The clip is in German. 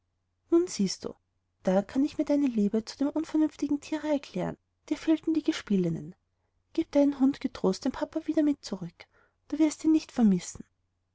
nun siehst du da kann ich mir deine liebe zu dem unvernünftigen tiere erklären dir fehlten die gespielinnen gieb deinen hund getrost dem papa wieder mit zurück du wirst ihn nicht vermissen